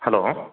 hello